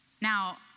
Now